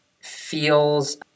feels